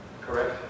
correct